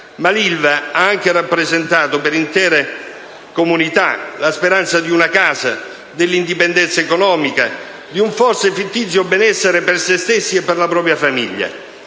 Ma l'Ilva ha anche rappresentato per intere comunità la speranza di una casa, dell'indipendenza economica, di un forse fittizio benessere per se stessi e per la propria famiglia.